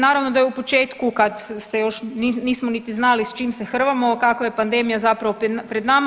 Naravno da je u početku kad ste još, nismo niti znali s čim se hrvamo, kakva je pandemija zapravo pred nama.